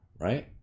right